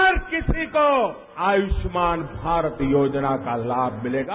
हर किसी को आयुष्मान भारत योजना का लाभ मिलेगा